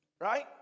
right